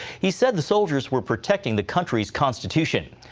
he said the soldiers were protecting the country's constitution.